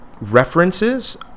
references